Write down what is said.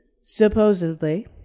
Supposedly